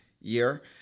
year